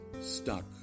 stuck